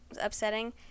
upsetting